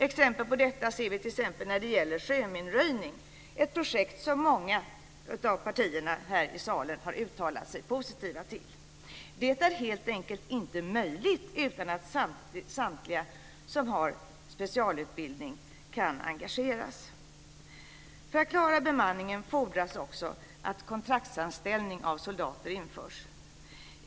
Exempel på detta ser vi när det gäller sjöminröjning - ett projekt som många av partierna här i salen har uttalat sig positiva till. Det är helt enkelt inte möjligt utan att samtliga som har specialutbildning kan engageras. För att klara bemanningen fordras också att kontraktsanställning av soldater införs.